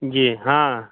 जी हँ